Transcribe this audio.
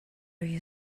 you